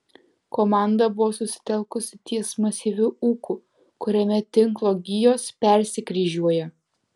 komanda buvo susitelkusi ties masyviu ūku kuriame tinklo gijos persikryžiuoja